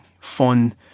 fun